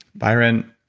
byron,